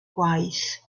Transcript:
gwaith